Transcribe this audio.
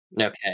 okay